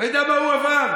תקריא מהר, שלא ישמעו.